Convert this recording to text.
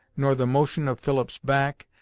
nor the motion of philip's back,